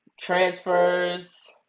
transfers